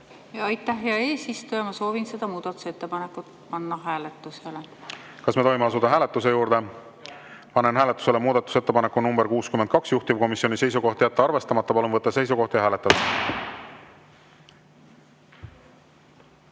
Aitäh, hea eesistuja! Ma palun selle muudatusettepaneku panna hääletusele. Kas me tohime asuda hääletuse juurde? Panen hääletusele muudatusettepaneku nr 74, juhtivkomisjoni seisukoht on jätta arvestamata. Palun võtta seisukoht ja hääletada!